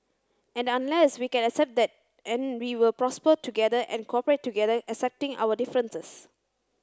and unless we can accept that and we will prosper together and cooperate together accepting our differences